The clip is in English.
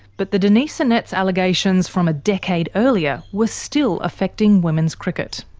but the denise annetts allegations from a decade earlier were still affecting women's cricket.